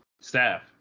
Staff